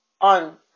on